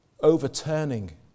overturning